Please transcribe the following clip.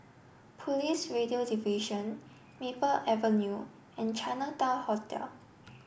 police Radio Division Maple Avenue and Chinatown Hotel